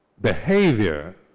behavior